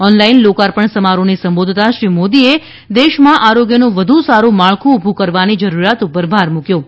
online લોકાર્પણ સમારોહને સંબોધતા શ્રી મોદીએ દેશમાં આરોગ્યનું વધુ સાડું માળખું ઉભું કરવાની જરૂરિયાત પર ભાર મૂકવો